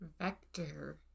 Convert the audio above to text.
Vector